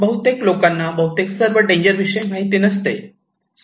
बहुतेक लोकांना बहुतेक सर्व डेंजरविषयी माहिती नसते